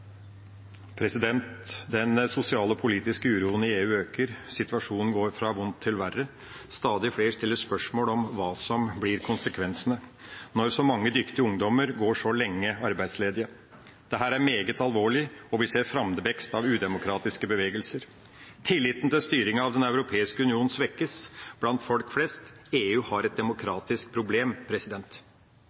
Den sosiale og politiske uroen i EU øker. Situasjonen går fra vondt til verre. Stadig flere stiller spørsmål om hva som blir konsekvensene når så mange dyktige ungdommer går så lenge arbeidsledig. Dette er meget alvorlig, og vi ser framveksten av udemokratiske bevegelser. Tilliten til styringa av Den europeiske union svekkes blant folk flest. EU har et demokratisk problem.